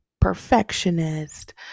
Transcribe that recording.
perfectionist